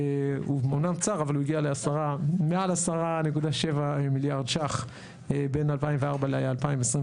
הוא אמנם צר אבל הוא הגיע למעל 10.7 מיליארד שקלים בין 2004 ל-2022.